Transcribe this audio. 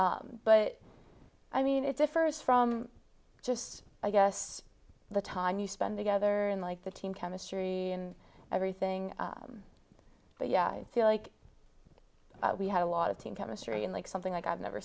year but i mean it differs from just i guess the time you spend together in like the team chemistry and everything but yeah i feel like we had a lot of team chemistry and like something i've never